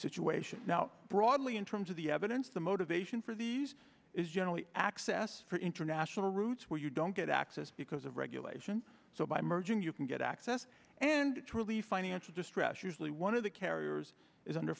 situation now broadly in terms of the evidence the motivation for these is generally access for international routes where you don't get access because of regulation so by merging you can get access and really financial distress usually one of the carriers is under